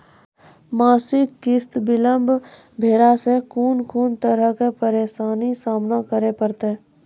मासिक किस्त बिलम्ब भेलासॅ कून कून तरहक परेशानीक सामना करे परतै?